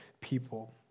people